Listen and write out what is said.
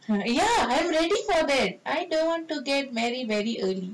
and ya I am waiting for that I don't want to get marry very early